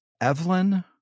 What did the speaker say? Evelyn